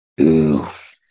Oof